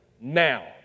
now